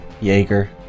Jaeger